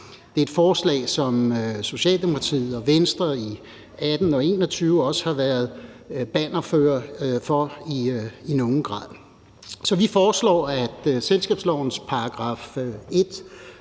Det er et forslag, som Socialdemokratiet og Venstre i 2018 og 2021 også har været bannerførere for i nogen grad. Vi foreslår, at selskabslovens § 1,